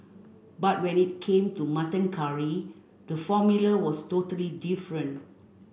but when it came to mutton curry the formula was totally different